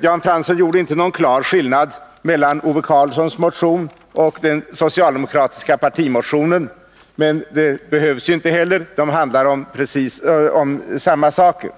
Jan Fransson gjorde inte någon klar skillnad mellan Ove Karlssons motion och den socialdemokratiska partimotionen. Men det behövs ju inte heller. De handlar om samma saker.